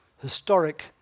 Historic